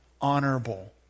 honorable